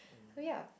so ya